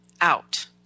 out